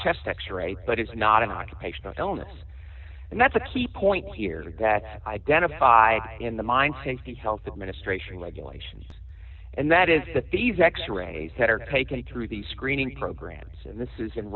chest x ray but it's not an occupational illness and that's a key point here that identify in the mind hankie health administration regulations and that is that these x rays that are taken through these screening programs and this is in